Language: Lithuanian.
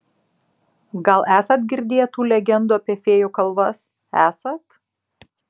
gal esat girdėję tų legendų apie fėjų kalvas esat